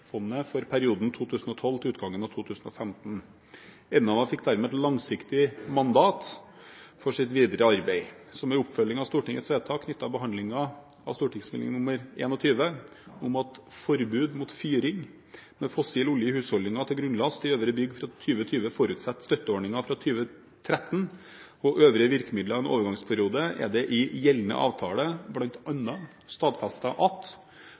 for perioden 2012 til utgangen av 2015. Enova fikk dermed et langsiktig mandat for sitt videre arbeid. Som en oppfølging av Stortingets vedtak knyttet til behandlingen av Meld. St. 21 for 2011–2012 om at forbud mot fyring med fossil olje i husholdninger og til grunnlast i øvrige bygg fra 2020 forutsetter støtteordninger fra 2013 og øvrige virkemidler i en overgangsperiode, er det i gjeldende avtale bl.a. stadfestet at: